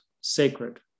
sacred